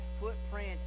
footprint